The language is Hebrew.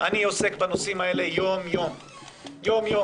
ולכן אני אומר אני אכבד כל החלטה של ועדת